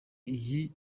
iyi